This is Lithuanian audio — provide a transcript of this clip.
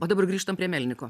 o dabar grįžtam prie melniko